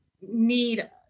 need